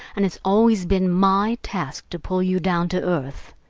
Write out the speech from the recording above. and it's always been my task to pull you down to earth.